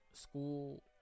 school